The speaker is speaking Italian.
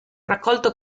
raccolto